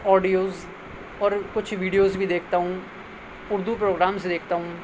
audios اور کچھ videos بھی دیکھتا ہوں اردو پروگرامز دیکھتا ہوں